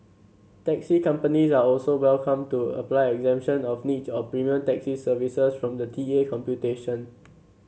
taxi companies are also welcome to apply exemption of niche or premium taxi services from the T A computation